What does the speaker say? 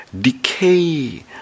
decay